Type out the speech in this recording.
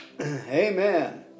Amen